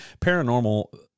Paranormal